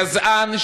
גזען,